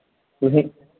तुसें